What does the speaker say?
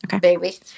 Baby